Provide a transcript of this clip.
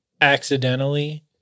accidentally